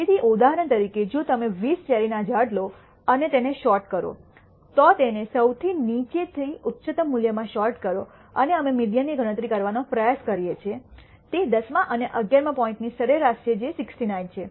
તેથી ઉદાહરણ તરીકે જો તમે 20 ચેરીના ઝાડ લો અને તેને સૉર્ટ કરો તો તેને સૌથી નીચાથી ઉચ્ચતમ મૂલ્યમાં સૉર્ટ કરો અને અમે મીડીઅન ની ગણતરી કરવાનો પ્રયાસ કરીએ છીએ તે દસમા અને અગિયારમા પોઇન્ટની સરેરાશ છે જે 69 છે